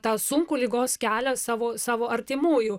tą sunkų ligos kelią savo savo artimųjų